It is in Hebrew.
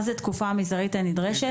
מה זה התקופה המזערית הנדרשת?